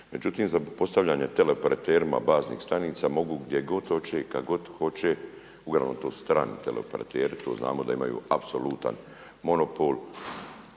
međutim za postavljanje teleoperaterima baznih stanica mogu gdje god hoće i kada god hoće. Uglavnom to su strani teleoperateri, to znamo da imaju apsolutan monopol,